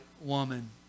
woman